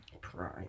prime